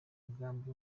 mugambi